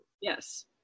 Yes